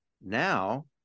now